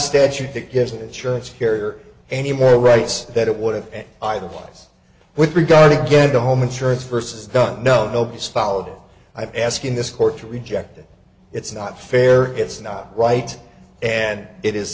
statute that gives a church here any more rights that it would have either wise with regard to get the home insurance versus done no nobody's followed by asking this court to reject it it's not fair it's not right and it is